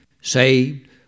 saved